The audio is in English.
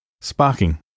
Sparking